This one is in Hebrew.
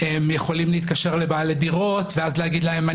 הם יכולים להתקשר לבעלי דירות ואז להגיד להם,